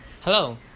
Hello